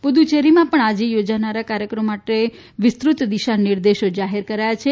પુદુચેરીમાં પણ આજે યોજાનાર કાર્યક્રમો માટે વિસ્તૃત દિશા નિર્દેશો જાહેર કરાયા છે